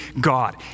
God